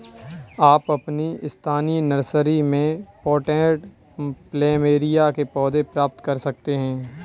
आप अपनी स्थानीय नर्सरी में पॉटेड प्लमेरिया के पौधे प्राप्त कर सकते है